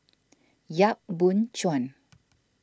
Yap Boon Chuan